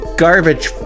garbage